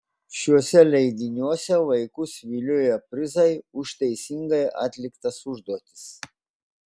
šiuose leidiniuose vaikus vilioja prizai už teisingai atliktas užduotis